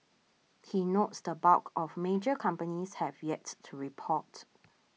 he notes the bulk of major companies have yet to report